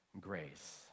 grace